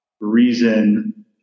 reason